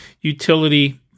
utility